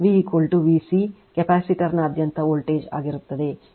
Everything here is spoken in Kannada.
ಆದ್ದರಿಂದ V VC ಕೆಪಿಸಿಟರ್ನಾದ್ಯಂತ ವೋಲ್ಟೇಜ್ ಆಗಿರುತ್ತದೆ